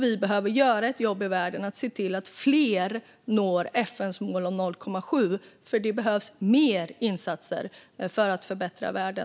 Vi behöver göra ett jobb i världen att se till att fler når FN:s mål om 0,7 eftersom det behövs mer insatser för att förbättra världen.